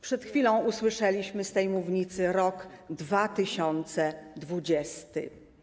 Przed chwilą usłyszeliśmy z tej mównicy o roku 2020.